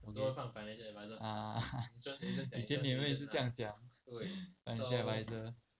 ah 你们也是这样讲 financial advisor